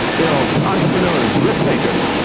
you know, entrepreneurs, risk takers.